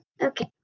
Okay